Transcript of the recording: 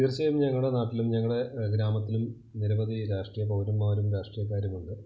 തീർച്ചയായും ഞങ്ങളുടെ നാട്ടിലും ഞങ്ങളുടെ ഗ്രാമത്തിലും നിരവധി രാഷ്ട്രീയ പൗരന്മാരും രാഷ്ട്രീയക്കാരുമുണ്ട്